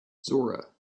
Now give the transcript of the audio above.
zora